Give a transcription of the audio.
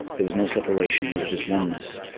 there was no separation. there was just oneness,